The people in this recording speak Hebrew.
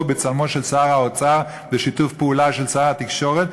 ובצלמו של שר האוצר בשיתוף פעולה של שר התקשורת,